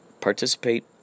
Participate